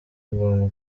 ngombwa